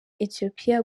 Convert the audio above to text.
ethiopia